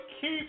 keep